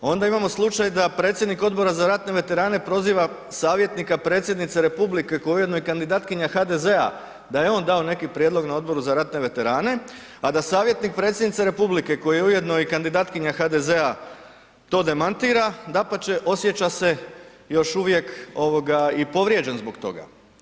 Onda imamo slučaj da predsjednik Odbora za ratne veterane proziva savjetnika predsjednice Republike koja je ujedno i kandidatkinja HDZ-a da je on dao neki prijedlog na Odboru za ratne veterane, a da savjetnik predsjednice Republike koja je ujedno i kandidatkinja HDZ-a to demantira, dapače osjeća se još uvijek ovoga i povrijeđen zbog toga.